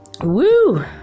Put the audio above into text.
Woo